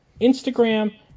Instagram